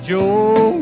Joe